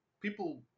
people